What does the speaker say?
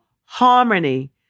harmony